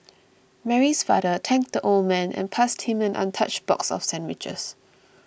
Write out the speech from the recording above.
Mary's father thanked the old man and passed him an untouched box of sandwiches